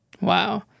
Wow